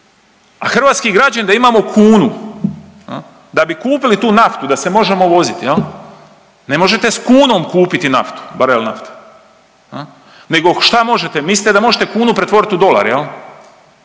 A hrvatski građani, da imamo kunu, da bi kupili tu naftu da se možemo voziti, ne možete s kunom kupiti naftu, barel nafte, nego šta možete? Mislite da možete kunu pretvoriti dolar,